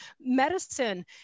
medicine